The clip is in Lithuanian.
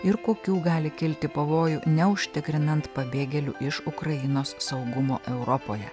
ir kokių gali kilti pavojų neužtikrinant pabėgėlių iš ukrainos saugumo europoje